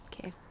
Okay